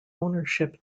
ownership